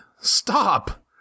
Stop